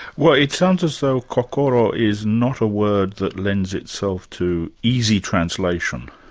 well it sounds as though kokoro is not a word that lends itself to easy translation.